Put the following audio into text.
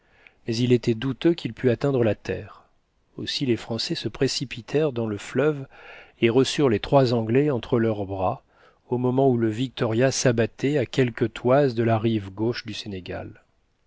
mais il était douteux qu'il put atteindre la terre aussi les français se précipitèrent dans le fleuve et reçurent les trois anglais entre leurs bras au moment où le victoria s'abattait à quelques toises de la rive gauche du sénégal